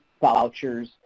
vouchers